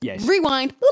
Rewind